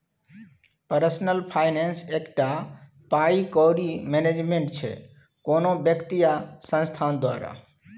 personal finance एकटा पाइ कौड़ी मैनेजमेंट छै कोनो बेकती या संस्थान द्वारा